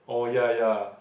oh ya ya